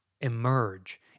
emerge